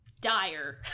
dire